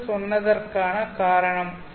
என்று சொன்னதற்கான காரணம்